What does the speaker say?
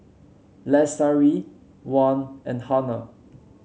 Lestari Wan and Hana